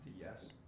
Yes